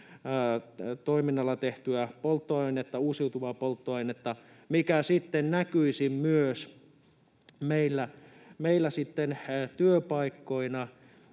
toiminnalla tehtyä polttoainetta, uusiutuvaa polttoainetta, mikä sitten näkyisi myös meillä työpaikkoina